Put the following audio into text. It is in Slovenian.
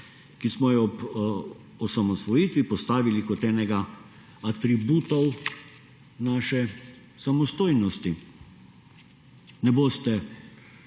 ki smo jo ob osamosvojitvi postavili kot enega atributov naše samostojnosti. Ne boste,